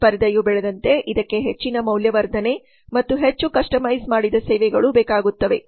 ಸ್ಪರ್ಧೆಯು ಬೆಳೆದಂತೆ ಇದಕ್ಕೆ ಹೆಚ್ಚಿನ ಮೌಲ್ಯವರ್ಧನೆ ಮತ್ತು ಹೆಚ್ಚು ಕಸ್ಟಮೈಸ್ ಮಾಡಿದ ಸೇವೆಗಳು ಬೇಕಾಗುತ್ತವೆ